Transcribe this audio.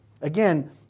again